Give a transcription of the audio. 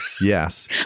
Yes